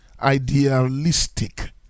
idealistic